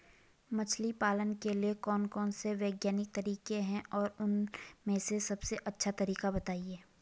मछली पालन के लिए कौन कौन से वैज्ञानिक तरीके हैं और उन में से सबसे अच्छा तरीका बतायें?